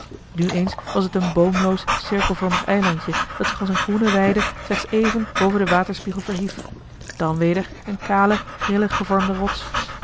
nu eens was het een boomloos cirkelvormig eilandje dat zich als eene groene weide slechts even boven den waterspiegel verhief dan weder eene kale grillig gevormde rots